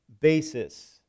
basis